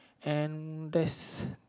and that's